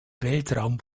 weltraum